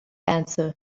answer